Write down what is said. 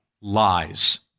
lies